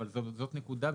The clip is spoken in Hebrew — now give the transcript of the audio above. שבעצם גורם רשאי לפנות אלינו,